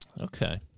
Okay